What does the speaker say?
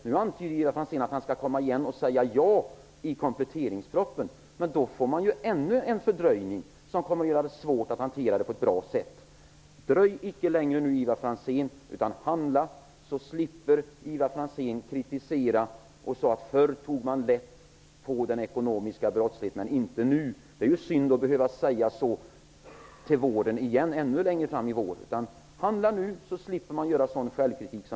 Ivar Franzén antydde att han skall säga ja när kompletteringspropositionen behandlas. Men då får vi ännu en fördröjning, som kommer att göra det svårt att hantera det här på ett bra sätt. Dröj icke längre, Ivar Franzén, utan handla så slipper ni kritisera det hela och säga att man förr tog så lätt på den ekonomiska brottsligheten men inte nu. Det är synd att behöva säga så ännu längre fram i vår. Handla nu, så slipper man sådan självkritik som